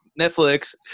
Netflix